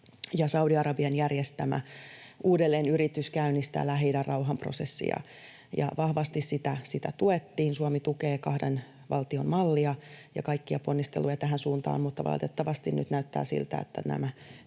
Saudi-Arabian järjestämä uudelleenyritys käynnistää Lähi-idän rauhanprosessia, ja vahvasti sitä tuettiin. Suomi tukee kahden valtion mallia ja kaikkia ponnisteluja tähän suuntaan, mutta valitettavasti nyt näyttää siltä,